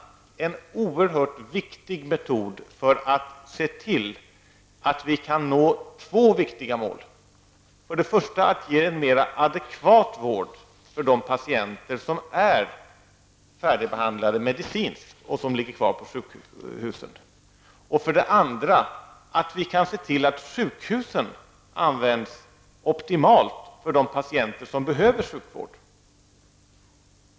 Det är en oerhört viktig metod för att se till att vi kan nå två viktiga mål. För det första att ge en mer adekvat vård för de patienter som är medicinskt färdigbehandlade men som ligger kvar på sjukhusen. För det andra att vi kan se till att sjukhusen används optimalt för de patienter som behöver sjukvård.